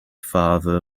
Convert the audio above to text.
father